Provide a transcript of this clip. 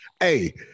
Hey